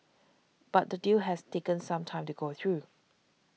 but the deal has taken some time to go through